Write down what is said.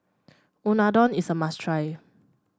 unadon is a must try